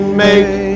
make